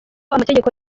amategeko